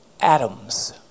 Atoms